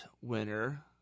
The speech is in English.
winner